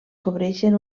cobreixen